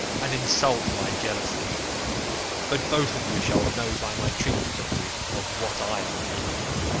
and insult my jealousy but both of you shall know by my treatment of you of what i am capable.